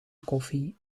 koffie